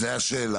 זאת השאלה.